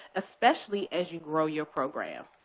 especially as you grow your program.